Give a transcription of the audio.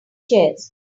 chairs